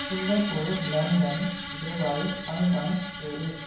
Singapore London both Hong Kong Paris